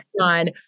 on